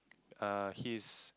err he is